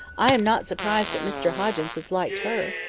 i am not surprised that mr hoggins has liked her.